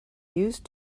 used